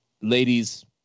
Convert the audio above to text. Ladies